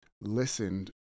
listened